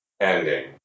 ending